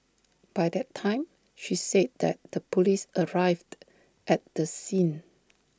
by that time she said that the Police arrived at the scene